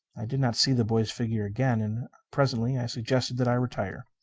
i did not see the boy's figure again presently i suggested that i retire.